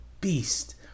beast